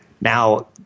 Now